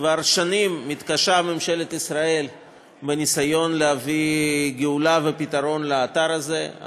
כבר שנים מתקשה ממשלת ישראל בניסיון להביא גאולה ופתרון לאתר הזה.